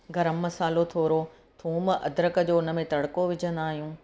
गरम मसाल्हो थोरो थूम अदरक जो उन में तड़को विझंदा आहियूं